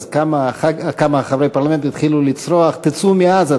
כמה חברי פרלמנט התחילו לצרוח: תצאו מעזה,